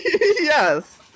yes